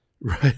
right